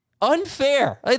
unfair